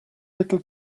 little